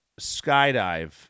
skydive